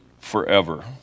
forever